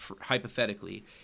hypothetically